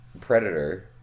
Predator